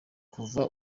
kuva